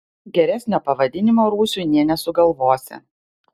geresnio pavadinimo rūsiui nė nesugalvosi